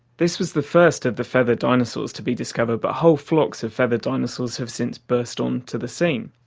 this was the first of the feathered dinosaurs to be discovered, but whole flocks of feathered dinosaurs have since burst onto the scene,